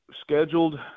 Scheduled